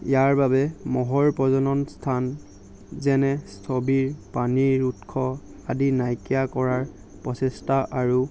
ইয়াৰ বাবে মহৰ প্ৰজনন স্থান যেনে স্থবিৰ পানীৰ উৎস আদিৰ নাইকিয়া কৰাৰ প্ৰচেষ্টা আৰু